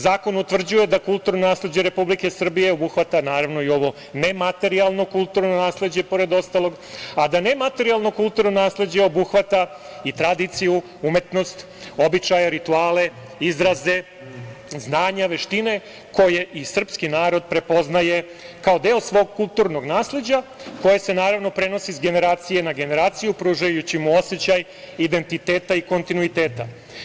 Zakon utvrđuje da kulturno nasleđe Republike Srbije obuhvata i ovo nematerijalno kulturno nasleđe, pored ostalog, a da nematerijalno kulturno nasleđe obuhvata i tradiciju, umetnost, običaje, rituale, izraze, znanja, veštine koje i srpski narod prepoznaje kao deo svog kulturnog nasleđa koje se prenosi sa generacije na generaciju, pružajući mu osećaj identiteta i kontinuiteta.